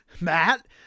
matt